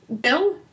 Bill